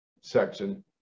section